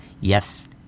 yes